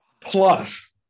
Plus